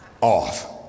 off